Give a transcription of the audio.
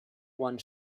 one